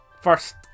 first